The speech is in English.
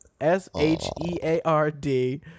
S-H-E-A-R-D